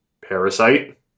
Parasite